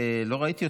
לא ראיתי אותך,